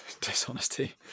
dishonesty